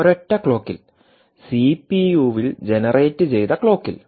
ഒരൊറ്റ ക്ലോക്കിൽ സിപിയുവിൽ ജനറേറ്റുചെയ്ത ക്ലോക്കിൽ